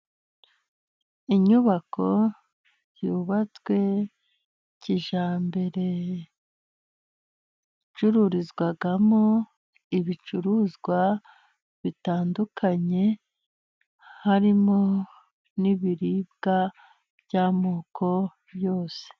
Inyubako yubatswe kijyambere, icururizwamo ibicuruzwa bitandukanye, harimo ni ibiribwa by'amoko yose.